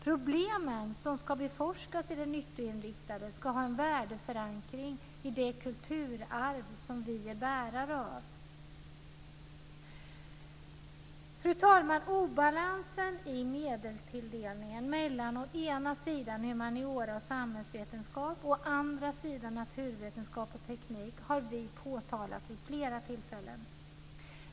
Problem som ska beforskas i det nyttoinriktade ska ha en värdeförankring i det kulturarv vi är bärare av. Fru talman! Obalansen i medelstilldelningen mellan å ena sidan humaniora och samhällsvetenskap och å andra sidan naturvetenskap och teknik har vi påtalat vid flera tillfällen.